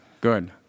Good